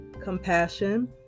compassion